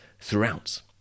throughout